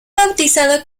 bautizado